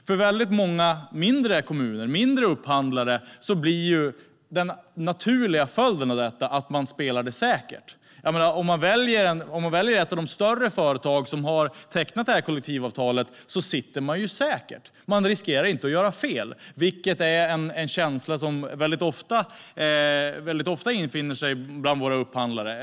För många mindre kommuner och upphandlare blir den naturliga följden av detta att man spelar säkert. Om man väljer ett av de större företag som har tecknat kollektivavtal sitter man säkert och riskerar inte att göra fel, vilket är en känsla som ofta infinner sig bland våra upphandlare.